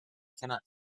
cannot